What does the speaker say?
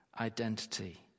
identity